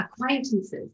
acquaintances